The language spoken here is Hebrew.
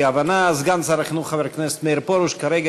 סגן שר החינוך חבר הכנסת מאיר פרוש כרגע